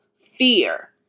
fear